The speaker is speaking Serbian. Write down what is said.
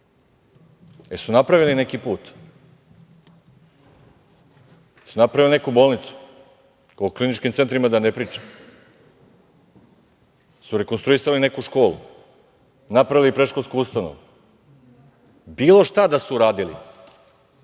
li napravili neki put? Jesu li napravili neku bolnicu? O kliničkim centrima da ne pričam. Jesu li rekonstruisali neku školu, napravili predškolsku ustanovu? Bilo šta da su uradili,